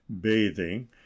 bathing